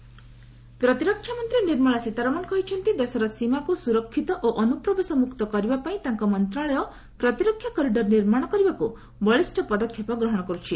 Nirmala Vivekananda foundation ପ୍ରତିରକ୍ଷାମନ୍ତ୍ରୀ ନିର୍ମଳା ସୀତାରମଣ କହିଛନ୍ତି ଦେଶର ସୀମାକୁ ସୁରକ୍ଷିତ ଓ ଅନୁପ୍ରବେଶମୁକ୍ତ କରିବା ପାଇଁ ତାଙ୍କ ମନ୍ତ୍ରଶାଳୟ ପ୍ରତିରକ୍ଷା କରିଡର ନିର୍ମାଣ କରିବା ପାଇଁ ବଳିଷ୍ଣ ପଦକ୍ଷେପ ଗ୍ରହର କରୁଛି